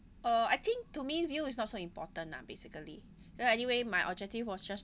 uh I think to me view is not so important lah basically because anyway my objective was just